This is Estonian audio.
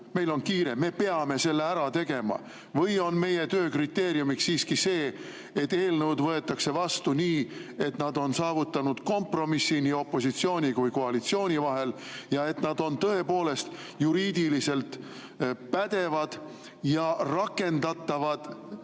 meil on kiire, me peame selle ära tegema. Või on meie töö kriteeriumiks siiski see, et eelnõud võetakse vastu nii, et on saavutatud kompromiss opositsiooni ja koalitsiooni vahel ja et nad on tõepoolest juriidiliselt pädevad ja rakendatavad